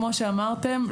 כמו שאמרתם,